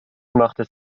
machte